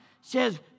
says